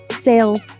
sales